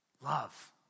Love